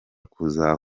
kuza